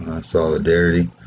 solidarity